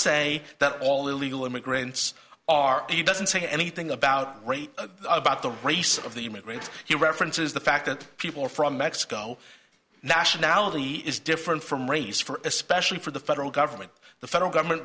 say that all illegal immigrants are he doesn't say anything about about the race of the immigrants he references the fact that people from mexico nationality is different from race for especially for the federal government the federal government